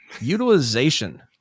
utilization